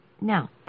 Now